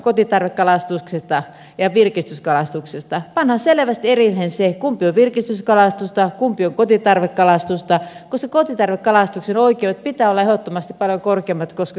pannaan selvästi erilleen se kumpi on virkistyskalastusta kumpi on kotitarvekalastusta koska kotitarvekalastuksen oikeuksien pitää olla ehdottomasti paljon korkeammat